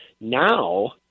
Now